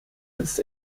ist